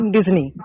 Disney